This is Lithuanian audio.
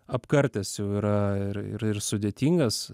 apkartęs jau yra ir ir ir sudėtingas